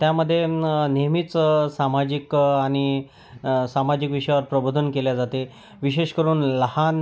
त्यामध्ये नेहमीच सामाजिक आणि सामाजिक विषयावर प्रबोधन केले जाते विशेष करून लहान